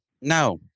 no